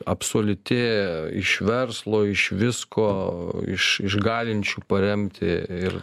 absoliuti iš verslo iš visko iš iš galinčių paremti ir